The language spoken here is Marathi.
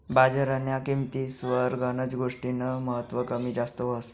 बजारन्या किंमतीस्वर गनच गोष्टीस्नं महत्व कमी जास्त व्हस